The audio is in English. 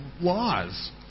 laws